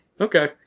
okay